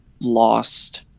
lost